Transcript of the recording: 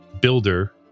builder